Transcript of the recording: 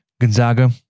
Gonzaga